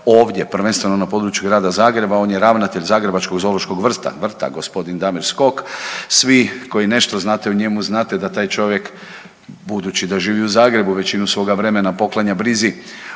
ovdje, prvenstveno na području Grada Zagreba, on je ravnatelj zagrebačkog zoološkog vrta, vrta, g. Damir Skok. Svi koji nešto znate o njemu znate da taj čovjek budući da živi u Zagrebu većinu svoga vremena poklanja brizi